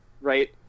right